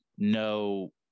no